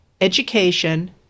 education